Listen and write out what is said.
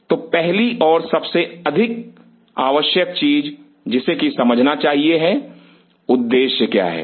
तो पहली और सबसे आवश्यक चीज जिसे की समझना चाहिए है उद्देश्य क्या है